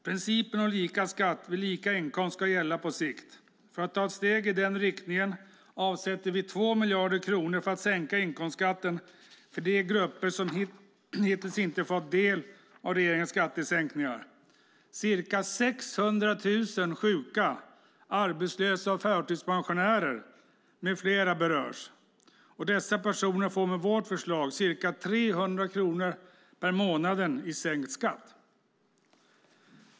Principen om lika skatt vid lika inkomst ska gälla på sikt. För att ta ett steg i den riktningen avsätter vi 2 miljarder kronor för att sänka inkomstskatten för de grupper som hittills inte fått del av regeringens skattesänkningar. Av detta berörs ca 600 000 sjuka, arbetslösa, förtidspensionärer med flera. Dessa personer får med vårt förslag ca 300 kronor per månad i sänkt skatt.